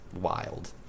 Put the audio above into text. wild